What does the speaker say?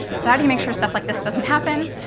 so how do you make sure stuff like this doesn't happen?